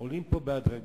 עולים פה בהדרגה.